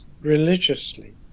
religiously